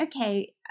okay